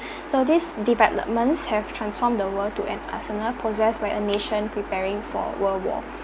so these developments have transformed the world to an arsenal possessed by a nation preparing for world war